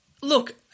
Look